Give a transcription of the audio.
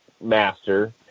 master